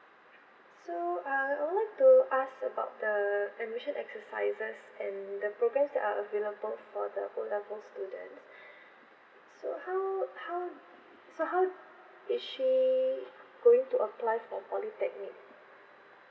so uh I would to ask about the admission exercises and the programmes that are available for the O level students so how how so how is she going to apply for polytechnic